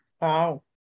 Wow